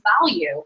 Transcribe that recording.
value